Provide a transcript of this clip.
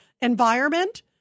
environment